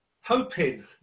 hoping